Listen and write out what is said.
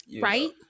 right